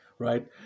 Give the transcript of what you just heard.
right